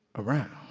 around.